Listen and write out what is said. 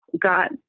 got